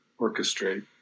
orchestrate